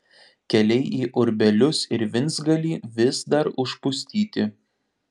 keliai į urbelius ir vincgalį vis dar užpustyti